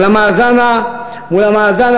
מול המאזן הביולוגי,